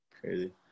Crazy